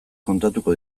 kontatuko